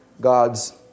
God's